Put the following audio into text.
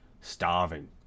starving